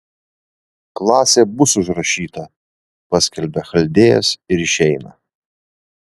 klasė bus užrašyta paskelbia chaldėjas ir išeina